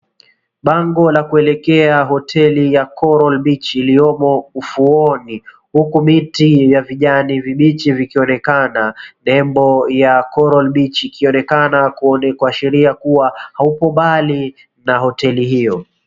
Bango la kuelekea hoteli ya "Coral Beach" iliyomo ufuoni huku miti ya vijani vibichi vikionekana. Nembo ya "Coral Beach" ikionekana kuashiria kuwa hauko mbali na hoteli hiyo.